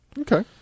Okay